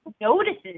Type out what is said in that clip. notices